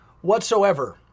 whatsoever